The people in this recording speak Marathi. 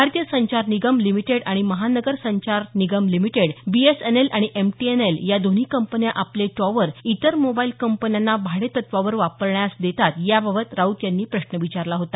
भारतीय संचार निगम लिमिटेड आणि महानगर संचार निगम लिमिटेड बीएसएनएल आणि एमटीएनएल या दोन्ही कंपन्या आपले टॉवर इतर मोबाईल कंपन्यांना भाडेतत्वावर वापरण्यास देतात याबाबत राऊत यांनी प्रश्न विचारला होता